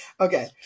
okay